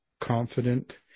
confident